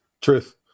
Truth